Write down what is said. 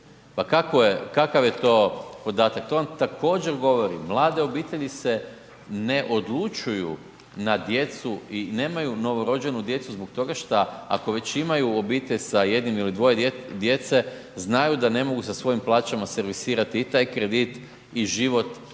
pa kakav je to podatak, to vam također govori, mlade obitelji se ne odlučuju na djecu i nemaju novorođenu djecu zbog toga što, ako već imaju obitelj sa jednim ili dvoje djece, znaju da ne mogu sa svojim plaćama servisirati i taj kredit i život koji